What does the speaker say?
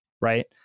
Right